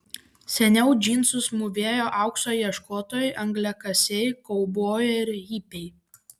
seniau džinsus mūvėjo aukso ieškotojai angliakasiai kaubojai ir hipiai